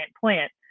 plant